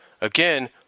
Again